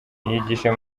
yigisha